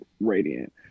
radiant